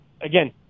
Again